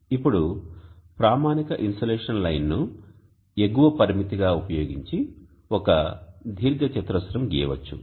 ఇప్పుడు ప్రామాణిక ఇన్సోలేషన్ లైన్ను ఎగువ పరిమితిగా ఉపయోగించి ఒక దీర్ఘ చతురస్రం గీయవచ్చు